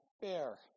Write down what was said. fair